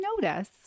notice